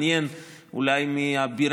מהתנ"ך עד הפלמ"ח,